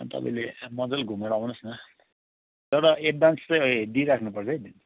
तपाईँले मजाले घुमेर आउनु होस् न तर एडभान्स चाहिँ दिइराख्नु पर्छ है